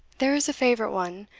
there is a favourite one,